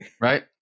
Right